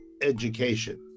education